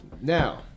now